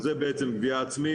וזו בעצם גבייה עצמית